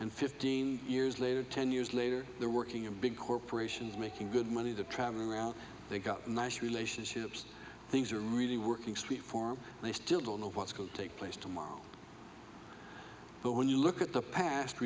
and fifteen years later ten years later they're working in big corporations making good money to travel around they've got nice relationships things are really working sweet for they still don't know what's going to take place tomorrow but when you look at the past